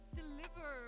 deliver